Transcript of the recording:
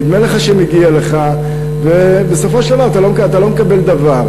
נדמה לך שמגיע לך, ובסופו של דבר אתה לא מקבל דבר.